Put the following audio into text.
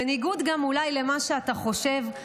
גם בניגוד למה שאתה אולי חושב,